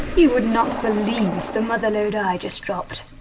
you would not believe the mother lode. i just dropped.